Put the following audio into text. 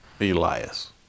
Elias